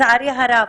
לצערי הרב,